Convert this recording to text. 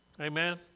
Amen